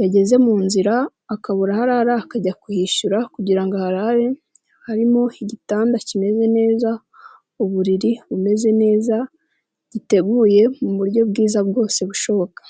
yageze mu nzira akabura aho arara akajya kuhishyura kugira ngo aharare, harimo igitanda kimeze neza, uburiri bumeze neza, giteguye mu buryo bwiza bwose bushoboka.